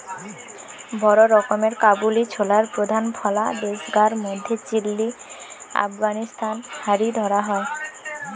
বড় রকমের কাবুলি ছোলার প্রধান ফলা দেশগার মধ্যে চিলি, আফগানিস্তান হারি ধরা হয়